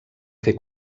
fer